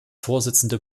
vorsitzende